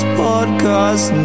podcast